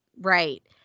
Right